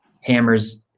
hammer's